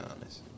honest